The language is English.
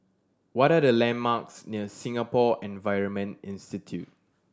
what are the landmarks near Singapore Environment Institute